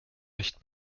recht